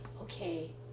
okay